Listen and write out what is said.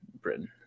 britain